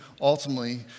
ultimately